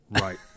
Right